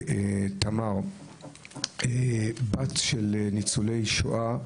תמר בת של ניצולי שואה,